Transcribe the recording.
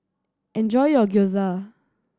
enjoy your Gyoza